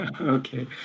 Okay